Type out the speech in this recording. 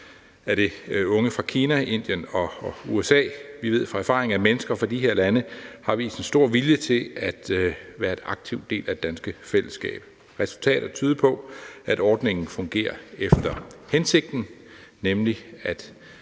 er det unge fra Kina, Indien og USA. Vi ved af erfaring, at mennesker fra de her lande har vist en stor vilje til at være en aktiv del af det danske fællesskab. Resultatet tyder på, at ordningen fungerer efter hensigten, nemlig at